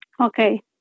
okay